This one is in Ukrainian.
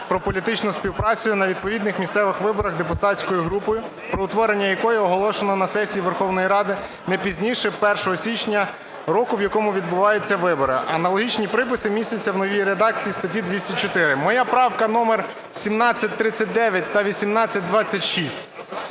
про політичну співпрацю на відповідних місцевих виборах депутатської групи, про утворення якої оголошено на сесії Верховної Ради, не пізніше 1 січня року, в якому відбуваються вибори. Аналогічні приписи містяться в новій редакції статті 204. Моя правка номер 1739 та 1826.